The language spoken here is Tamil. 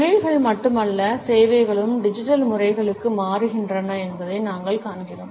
தொழில்கள் மட்டுமல்ல சேவைகளும் டிஜிட்டல் முறைகளுக்கு மாறுகின்றன என்பதை நாங்கள் காண்கிறோம்